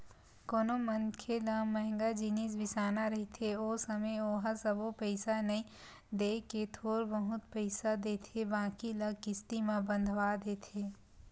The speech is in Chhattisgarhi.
कोनो मनखे ल मंहगा जिनिस बिसाना रहिथे ओ समे ओहा सबो पइसा नइ देय के थोर बहुत पइसा देथे बाकी ल किस्ती म बंधवा देथे